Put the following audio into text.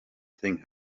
thing